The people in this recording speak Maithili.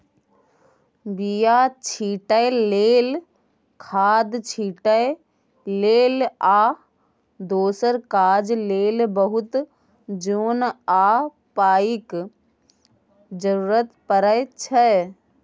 बीया छीटै लेल, खाद छिटै लेल आ दोसर काज लेल बहुत जोन आ पाइक जरुरत परै छै